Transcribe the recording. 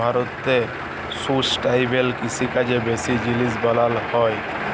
ভারতে সুস্টাইলেবেল কিষিকাজ বেশি জিলিস বালাঁয় ক্যরা হ্যয়